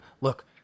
Look